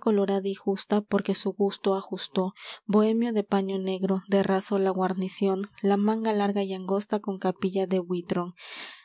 colorada y justa porque su gusto ajustó bohemio de paño negro de raso la guarnición la manga larga y angosta con capilla de buitrón